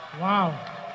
Wow